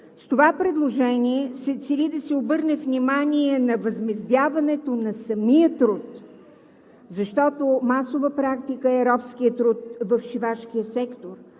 С това предложение се цели да се обърне внимание на възмездяването на самия труд, защото масова практика е робският труд в шивашкия сектор.